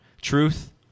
Truth